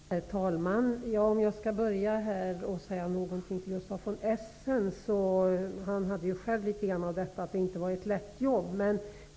Herr talman! Gustaf von Essen var inne på att det inte är något lätt jobb att vara invandrarminister.